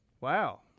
Wow